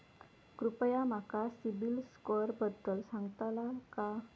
कृपया माका सिबिल स्कोअरबद्दल सांगताल का?